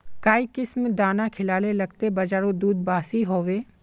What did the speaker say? काई किसम दाना खिलाले लगते बजारोत दूध बासी होवे?